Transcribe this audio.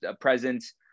presence